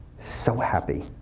so happy,